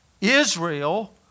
Israel